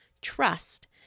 Trust